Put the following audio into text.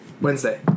Wednesday